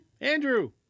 Andrew